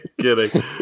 kidding